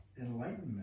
Enlightenment